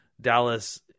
Dallas